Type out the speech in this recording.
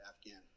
Afghan